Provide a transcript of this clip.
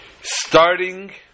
Starting